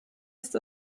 ist